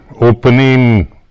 opening